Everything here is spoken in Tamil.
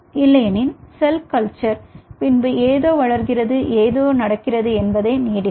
இல்லையெனில் செல் கல்ச்சர் பின்பு ஏதோ வளர்கிறது ஏதோ நடக்கிறது என்பது நீடிக்கும்